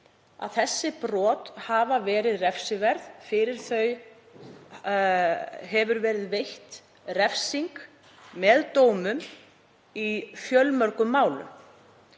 að þessi brot hafa verið refsiverð, fyrir þau hefur verið veitt refsing með dómum í fjölmörgum málum.